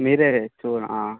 మీరే చూడ